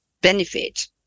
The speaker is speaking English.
benefit